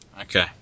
Okay